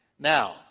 Now